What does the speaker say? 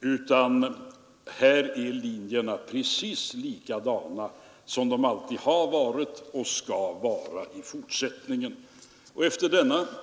utan här är linjerna precis likadana som de alltid har varit och skall vara i fortsättningen. Herr talman!